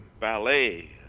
Ballet